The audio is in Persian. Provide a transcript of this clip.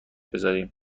بزاریم